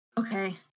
Okay